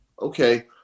okay